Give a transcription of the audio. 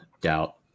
doubt